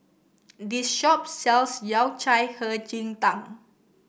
this shop sells Yao Cai Hei Ji Tang